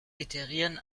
iterieren